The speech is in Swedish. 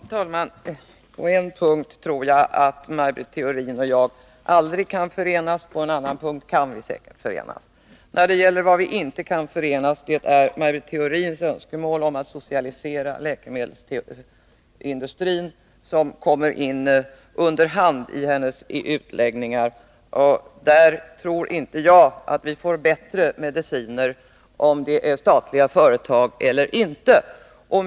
Herr talman! På en punkt tror jag att Maj Britt Theorin och jag aldrig kan bli överens, på en annan punkt kan vi säkert bli det. Vi kan inte förenas i Maj Britt Theorins önskemål om att socialisera läkemedelsindustrin, vilket skymtat fram i hennes utläggningar. Jag tror inte att vi får bättre mediciner, om företagen är statliga.